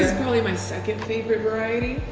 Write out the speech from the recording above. probably my second favorite variety.